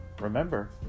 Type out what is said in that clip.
remember